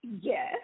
yes